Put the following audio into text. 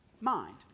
mind